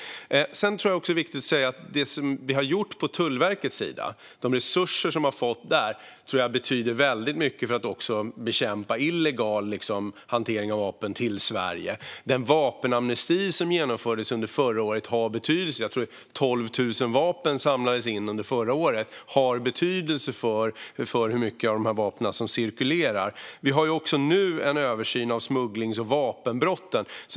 Sedan tror jag att det är viktigt att säga något om det som vi har gjort på Tullverkets sida. De resurser som man har fått tror jag betyder väldigt mycket när det gäller att bekämpa att illegala vapen kommer till Sverige. Den vapenamnesti som genomfördes under förra året har betydelse. Jag tror att det var 12 000 vapen som samlades in under förra året. Detta har betydelse för hur många vapen som cirkulerar. Vi gör nu också en översyn av smugglings och vapenbrotten.